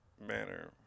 manner